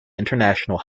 international